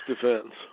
defense